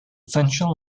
central